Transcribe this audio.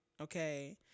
okay